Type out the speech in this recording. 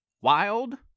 wild